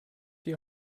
die